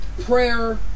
prayer